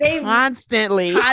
constantly